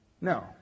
No